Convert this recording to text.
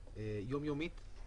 אם יהיה גל שני לקורונה, אני